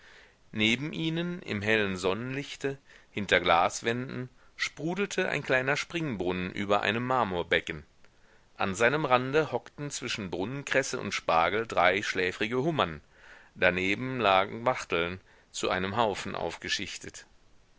neben ihnen im hellen sonnenlichte hinter glaswänden sprudelte ein kleiner springbrunnen über einem marmorbecken an seinem rande hockten zwischen brunnenkresse und spargel drei schläfrige hummern daneben lagen wachteln zu einem haufen aufgeschichtet